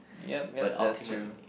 yup yup that's true